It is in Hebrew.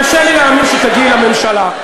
קשה לי להאמין שתגיעי לממשלה.